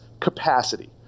capacity